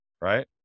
right